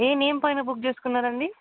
name పైన book చేసుకున్నారు అండి